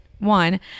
One